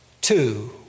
Two